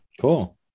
cool